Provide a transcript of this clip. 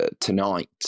tonight